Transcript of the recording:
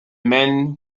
men